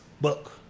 book